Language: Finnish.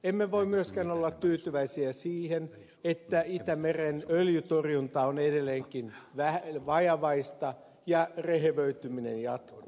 emme voi myöskään olla tyytyväisiä siihen että itämeren öljytorjunta on edelleenkin vajavaista ja rehevöityminen jatkuu